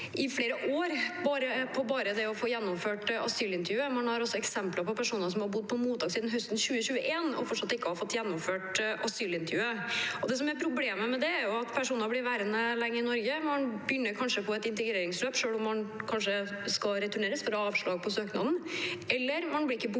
i flere år bare på å få gjennomført asylintervjuet. Man har eksempler på personer som har bodd på mottak siden høsten 2021 og fortsatt ikke har fått gjennomført asylintervjuet. Det som er problemet med det, er at personer blir værende lenge i Norge. Man begynner kanskje på et integreringsløp selv om man kanskje skal returneres fordi det er avslag på søknaden, eller man blir ikke bosatt